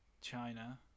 China